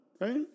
Right